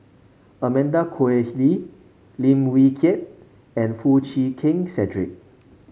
Amanda Koe Lee Lim Wee Kiak and Foo Chee Keng Cedric